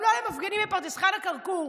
גם לא למפגינים מפרדס חנה-כרכור.